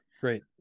great